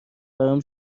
برام